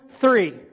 three